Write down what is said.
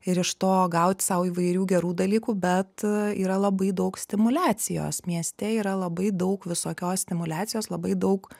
ir iš to gauti sau įvairių gerų dalykų bet yra labai daug stimuliacijos mieste yra labai daug visokios stimuliacijos labai daug